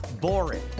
boring